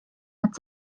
need